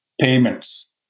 payments